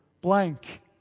blank